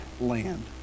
land